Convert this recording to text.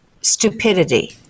stupidity